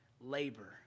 labor